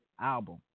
album